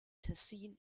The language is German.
tessin